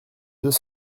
deux